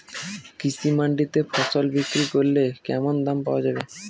কৃষি মান্ডিতে ফসল বিক্রি করলে কেমন দাম পাওয়া যাবে?